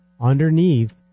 underneath